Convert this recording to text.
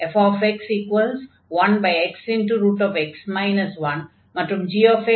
fx1xx 1 மற்றும் g 1x 1